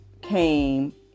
came